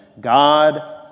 God